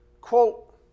quote